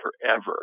forever